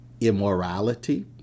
Immorality